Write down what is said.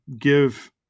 give